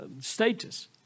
status